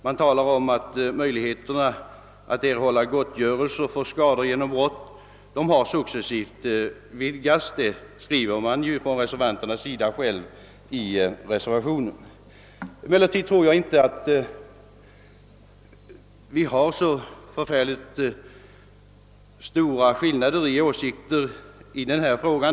I reservationen säger de: »Möjligheterna att på nu angivna vägar erhålla gottgörelse för skador genom brott har successivt vidgats.» Jag tror emellertid inte att det föreligger så stora skillnader i åsikter i denna fråga.